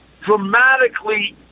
dramatically